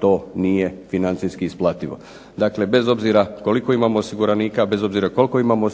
to nije financijski isplativo. Dakle, bez obzira koliko imamo osiguranika, bez obzira koliko imamo